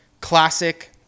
classic